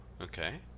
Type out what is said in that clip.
Okay